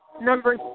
number